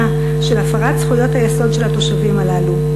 של הפרת זכויות היסוד של התושבים הללו.